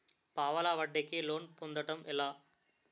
పావలా వడ్డీ కి లోన్ పొందటం ఎలా?